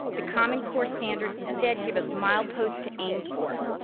the common core standards instead give us mileposts to aim for,